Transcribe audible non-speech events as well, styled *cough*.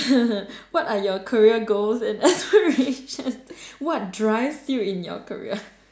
*laughs* what are your career goals and *laughs* aspirations what drives you in your career